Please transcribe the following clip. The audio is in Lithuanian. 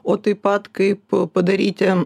o taip pat kaip padaryti